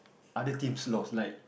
other team's loss like